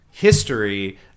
history